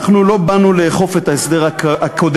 אנחנו לא באנו לאכוף את ההסדר הקודם,